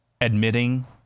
admitting